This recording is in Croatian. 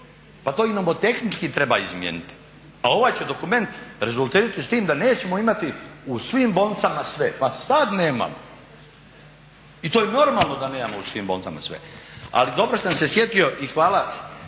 pa to i nomotehnički treba izmijeniti, a ovaj će dokument rezultirati s tim da nećemo imati u svim bolnicama sve. Pa sad nemamo i to je normalno da nemamo u svim bolnicama sve. Ali dobro sam se sjetio i hvala